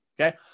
okay